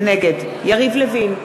נגד יריב לוין,